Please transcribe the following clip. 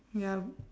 ya